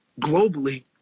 globally